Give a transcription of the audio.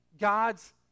God's